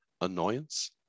annoyance